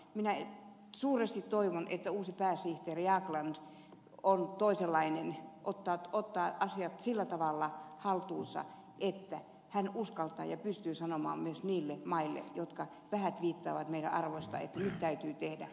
minä suuresti toivon että uusi pääsihteeri jagland on toisenlainen ottaa asiat sillä tavalla haltuunsa että hän uskaltaa ja pystyy sanomaan myös niille maille jotka vähät piittaavat meidän arvoistamme että nyt täytyy tehdä stoppi